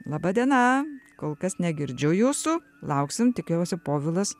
laba diena kol kas negirdžiu jūsų lauksim tikiuosi povilas